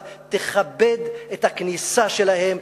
אבל תכבד את הכניסה שלהם.